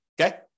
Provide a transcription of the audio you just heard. Okay